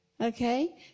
Okay